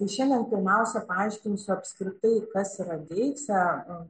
tai šiandien pirmiausia paaiškinsiu apskritai kas yra deiksė